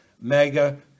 mega